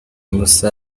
musa